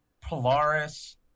Polaris